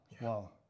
Wow